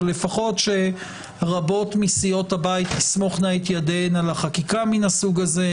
אבל לפחות שרבות מסיעות הבית תסמוכנה את ידיהן על חקיקה מן הסוג הזה,